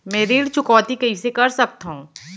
मैं ऋण चुकौती कइसे कर सकथव?